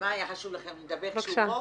היה חשוב לכם לדבר כשהוא כאן?